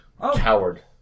Coward